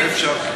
זה אפשר.